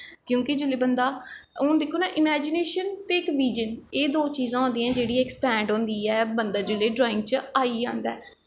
क्योंकि जिसले बंदा हून दिक्खो ना इमैजिनेशन ते इक बिज़न एह् दो चीज़ां होंदियां जेह्ड़ी ऐकस्पैड होंदी ऐ बंदा जिसलै ड्राईंग च आई जांदा ऐ